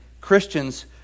Christians